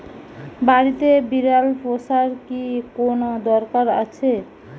বাড়িতে বিড়াল পোষার কি কোন দরকার আছে?